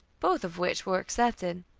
both of which were accepted.